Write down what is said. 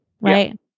right